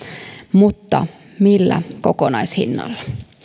mutta millä kokonaishinnalla